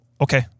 okay